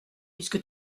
puisque